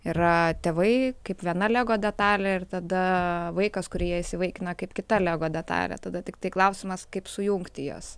yra tėvai kaip viena lego detalė ir tada vaikas kurie jį įsivaikina kaip kita lego detalė tada tiktai klausimas kaip sujungti jas